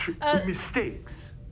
mistakes